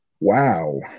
Wow